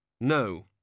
No